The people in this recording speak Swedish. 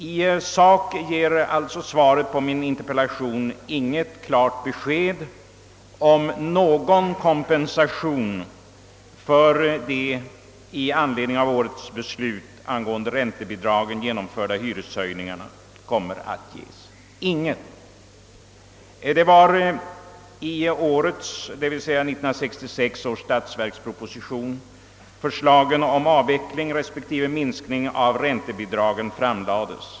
I sak ger alltså svaret på min interpellation inget klart besked om huruvida det blir någon kompensation för de hyreshöjningar som kommer att genomföras i anledning av årets beslut angående räntebidragen. Inget besked alltså! Det var i årets — alltså 1966 års — statsverksproposition som förslagen om avveckling respektive minskning av räntebidragen framlades.